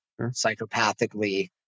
psychopathically